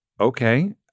okay